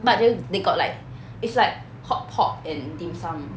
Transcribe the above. but th~ they got like it's like hotpot and dim sum